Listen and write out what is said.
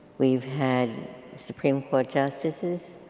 we've had supreme court justices,